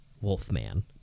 Wolfman